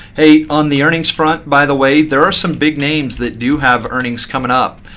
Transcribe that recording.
hey, on the earnings front, by the way, there are some big names that do have earnings coming up.